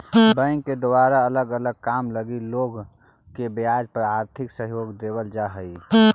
bank के द्वारा अलग अलग काम लगी लोग के ब्याज पर आर्थिक सहयोग देवल जा हई